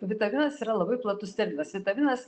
vitaminas yra labai platus terminas vitaminas